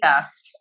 yes